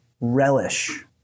relish